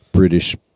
British